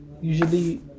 Usually